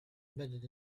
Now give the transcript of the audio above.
embedded